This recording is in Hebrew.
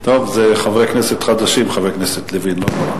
טוב, זה חברי כנסת חדשים, חבר הכנסת לוין.